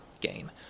game